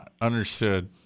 understood